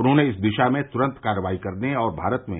उन्हें इस दिशा में तुरंत कार्रवाई करने और भारत में